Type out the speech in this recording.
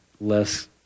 less